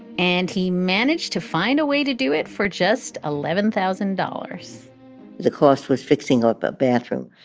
and he managed to find a way to do it for just eleven thousand dollars the cost was fixing up a bathroom,